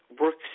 works